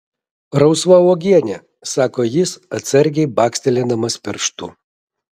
rausva uogienė sako jis atsargiai bakstelėdamas pirštu